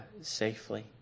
safely